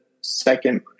second